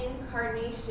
incarnation